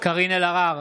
קארין אלהרר,